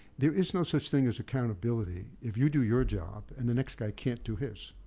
there is no such thing as accountability if you do your job and the next guy can't do his.